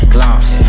Gloss